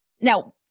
Now